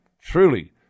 truly